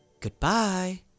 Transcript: Goodbye